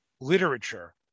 literature